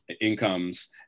incomes